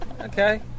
Okay